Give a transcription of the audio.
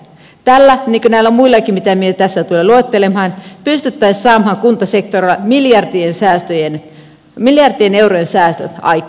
tällä niin kuin näillä muillakin mitä minä tässä tulen luettelemaan pystyttäisiin saamaan kuntasektorilla miljardien eurojen säästöt aikaiseksi